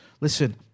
Listen